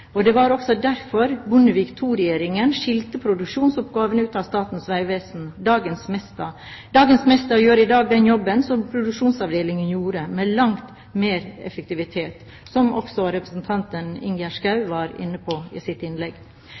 og det var også derfor Bondevik II-regjeringen skilte produksjonsoppgavene ut av Statens vegvesen – dagens Mesta. Dagens Mesta AS gjør i dag den jobben som produksjonsavdelingen gjorde, men langt mer effektivt, som også representanten Ingjerd Schou var inne på i sitt innlegg.